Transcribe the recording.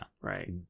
Right